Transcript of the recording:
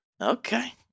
Okay